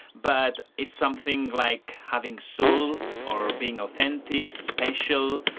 but it's something like having soul or being authentic, special,